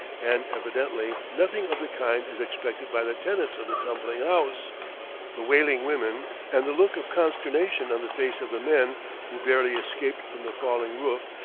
and evidently nothing of the kind is expected by the tenants of the tumbling house the wailing women, and the look of consternation on the face of the men who barely escaped from the falling roof,